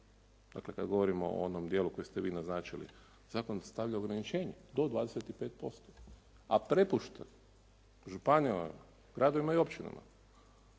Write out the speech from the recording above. Dakle kad govorimo o onom dijelu koje ste vi naznačili zakon stavlja ograničenje do 25% a prepušta županijama, gradovima i općinama